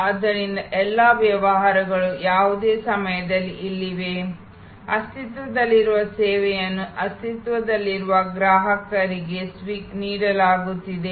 ಆದ್ದರಿಂದ ಎಲ್ಲಾ ವ್ಯವಹಾರಗಳು ಯಾವುದೇ ಸಮಯದಲ್ಲಿ ಇಲ್ಲಿವೆ ಅಸ್ತಿತ್ವದಲ್ಲಿರುವ ಸೇವೆಯನ್ನು ಅಸ್ತಿತ್ವದಲ್ಲಿರುವ ಗ್ರಾಹಕರಿಗೆ ನೀಡಲಾಗುತ್ತಿದೆ